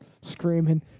screaming